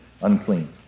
unclean